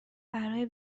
برای